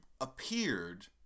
appeared